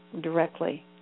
directly